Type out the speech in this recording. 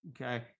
Okay